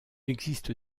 existe